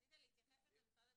רצית להתייחס לזה?